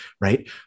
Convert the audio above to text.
right